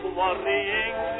worrying